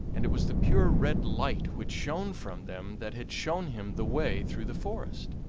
and it was the pure red light which shone from them that had shown him the way through the forest.